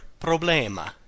problema